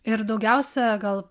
ir daugiausia gal